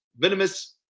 venomous